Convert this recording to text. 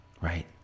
right